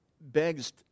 begs